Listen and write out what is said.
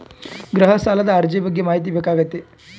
ಗೃಹ ಸಾಲದ ಅರ್ಜಿ ಬಗ್ಗೆ ಮಾಹಿತಿ ಬೇಕಾಗೈತಿ?